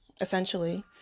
essentially